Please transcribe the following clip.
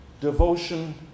devotion